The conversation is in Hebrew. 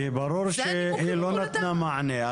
כי ברור שהיא לא נתנה מענה.